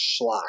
schlock